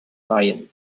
lion